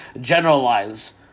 generalize